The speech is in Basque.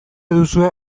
duzue